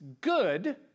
good